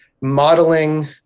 modeling